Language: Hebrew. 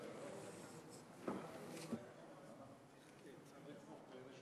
גברתי היושבת